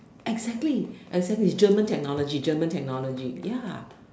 exactly exactly it's German technology German technology ya